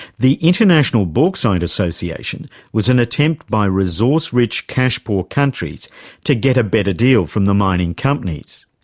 the international bauxite association was an attempt by resource-rich, cash-poor countries to get a better deal from the mining companies.